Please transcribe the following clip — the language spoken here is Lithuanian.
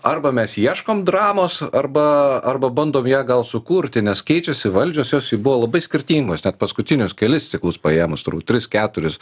arba mes ieškom dramos arba arba bandom ją gal sukurti nes keičiasi valdžios jos buvo labai skirtingos net paskutinius kelis ciklus paėmus tris keturis